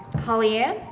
holly-ann?